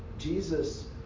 Jesus